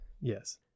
Yes